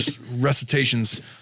recitations